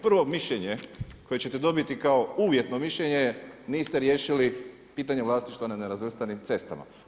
Prvo mišljenje koje ćete dobiti kao uvjetno mišljenje je, niste riješili pitanje vlasništva na nerazvrstanim cestama.